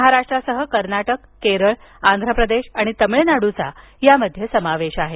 महाराष्ट्रासह कर्नाटक केरळ आंध्र प्रदेश आणि तमिळनाडूचा त्यामध्ये समावेश आहे